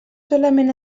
solament